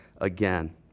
again